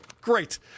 Great